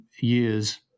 years